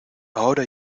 ahora